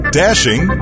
dashing